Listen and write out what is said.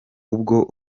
ubwo